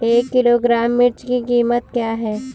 एक किलोग्राम मिर्च की कीमत क्या है?